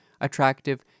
attractive